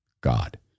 god